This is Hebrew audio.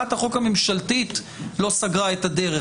הצעת החוק הממשלתית לא סגרה את הדלת.